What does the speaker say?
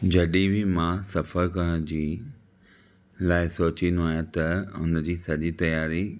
जॾीं बि मां सफ़र करण जी लाइ सोचीन्दो आहियां त हुनजी सॼी तयारी